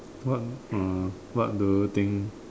what uh what do you think